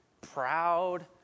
proud